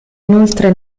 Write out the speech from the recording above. inoltre